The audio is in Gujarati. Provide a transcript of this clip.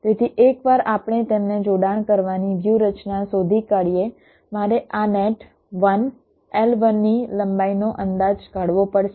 તેથી એકવાર આપણે તેમને જોડાણ કરવાની વ્યૂહરચના શોધી કાઢીએ મારે આ નેટ 1 L1 ની લંબાઈનો અંદાજ કાઢવો પડશે